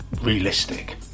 realistic